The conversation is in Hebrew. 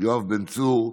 יואב בן צור,